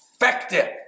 effective